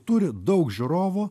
turi daug žiūrovų